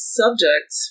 subject